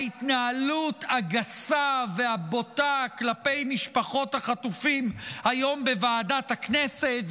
ההתנהלות הגסה והבוטה כלפי משפחות החטופים היום בוועדת הכנסת.